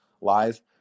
lies